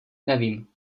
nevím